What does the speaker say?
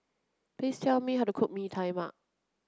please tell me how to cook Mee Tai Mak